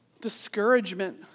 Discouragement